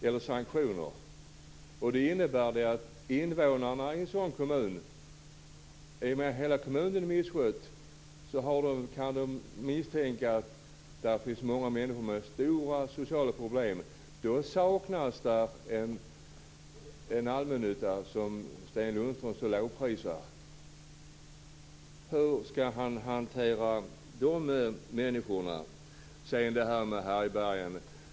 I och med att hela kommunen är misskött kan invånarna i en sådan kommun misstänka att det finns många människor med stora sociala problem. Men då saknas den allmännytta som Sten Lundström lovprisar. Hur skall han hantera de människorna? Sedan till det här med härbärgen.